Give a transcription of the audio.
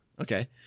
Okay